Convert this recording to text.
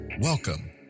Welcome